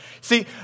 See